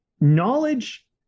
knowledge